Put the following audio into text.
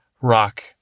rock